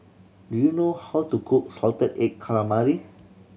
do you know how to cook salted egg calamari